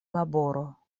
laboro